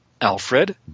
Alfred